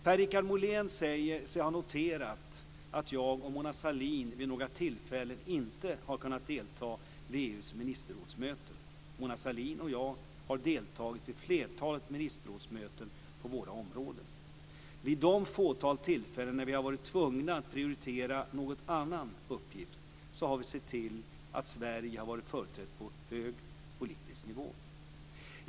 Per-Richard Molén säger sig ha noterat att jag och Mona Sahlin vid några tillfällen inte har kunnat delta vid EU:s ministerrådsmöten. Mona Sahlin och jag har deltagit vid flertalet ministerrådsmöten på våra områden. Vid det fåtal tillfällen när vi har varit tvungna att prioritera någon annan uppgift har vi sett till att Sverige har varit företrätt på hög politisk nivå.